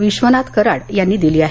विश्वनाथ कराड यांनी दिली आहे